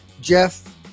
Jeff